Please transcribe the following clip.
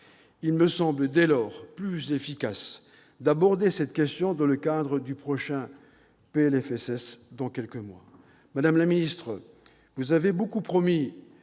Il me semble dès lors plus efficace d'aborder cette question dans le cadre du prochain PLFSS, dans quelques mois.